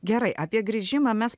gerai apie grįžimą mes